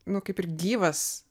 nu kaip ir gyvas